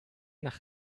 nach